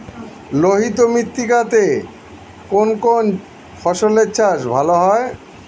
লোহিত মৃত্তিকা তে কোন কোন ফসলের চাষ ভালো হয়?